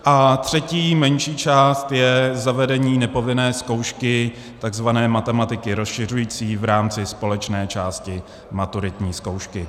A třetí, menší část je zavedení nepovinné zkoušky, takzvané matematiky rozšiřující v rámci společné části maturitní zkoušky.